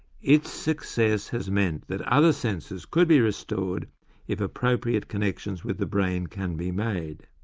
its success has meant that other senses could be restored if appropriate connections with the brain can be made.